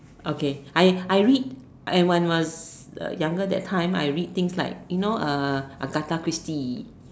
okay I I read I when was younger that time I read things like you know uh Agatha-Christie